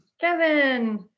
Kevin